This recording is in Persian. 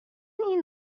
این